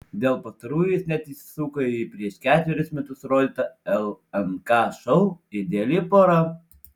dėl pastarųjų jis net įsisuko į prieš ketverius metus rodytą lnk šou ideali pora